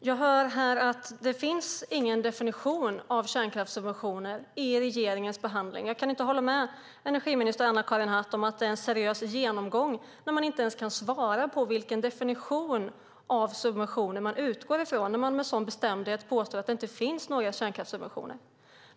Jag hör att det inte finns någon definition av kärnkraftssubventioner i regeringens behandling. Jag kan inte hålla med energiminister Anna-Karin Hatt om att det är en seriös genomgång när man inte ens kan svara på vilken definition av subventioner man utgår från när man med sådan bestämdhet påstår att det inte finns några kärnkraftssubventioner.